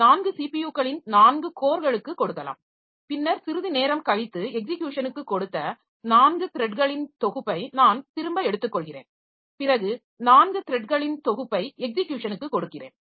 4 ஸிபியுக்களின் 4 கோர்களுக்கு கொடுக்கலாம் பின்னர் சிறிது நேரம் கழித்து எக்ஸிக்யூஷனுக்கு கொடுத்த 4 த்ரெட்களின் தொகுப்பை நான் திரும்ப எடுத்துக்கொள்கிறேன் பிறகு 4 த்ரெட்களின் தொகுப்பை எக்ஸிக்யூஷனுக்கு கொடுக்கிறேன்